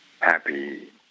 happy